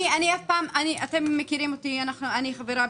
אני אף פעם --- אתם מכירים אותי, אני חברה